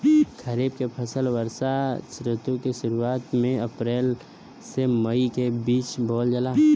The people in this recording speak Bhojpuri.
खरीफ के फसल वर्षा ऋतु के शुरुआत में अप्रैल से मई के बीच बोअल जाला